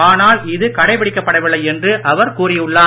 ஆனால் இது கடைபிடிக்கப்படவில்லை என்று அவர் கூறினார்